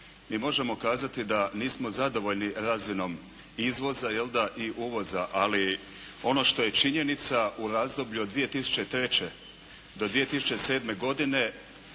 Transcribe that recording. Mi možemo kazati da nismo zadovoljni razinom izvoza jel' da i uvoza, ali ono što je činjenica u razdoblju od 2003. do 2007. godine